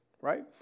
Right